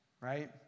right